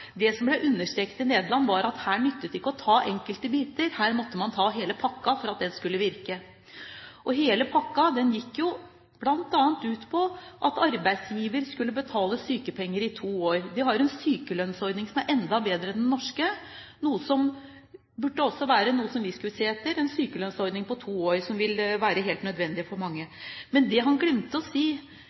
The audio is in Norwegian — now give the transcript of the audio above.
Det som ble understreket i Nederland, var at det nytter ikke å ta enkelte biter, her måtte man ta hele pakka for at den skulle virke. Og det å ta hele pakka betyr bl.a. at arbeidsgiver skal betale sykepenger i to år. De har en sykelønnsordning som er enda bedre enn den norske – en sykelønnsordning på to år, som vi også burde se etter – en sykelønnsordning som vil være helt nødvendig for mange. Men det han glemte å si,